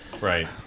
right